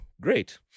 great